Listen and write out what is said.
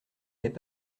n’est